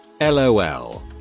LOL